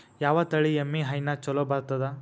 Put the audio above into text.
ಯಾವ ತಳಿ ಎಮ್ಮಿ ಹೈನ ಚಲೋ ಬರ್ತದ?